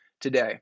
today